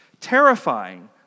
terrifying